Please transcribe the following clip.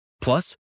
Plus